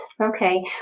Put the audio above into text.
Okay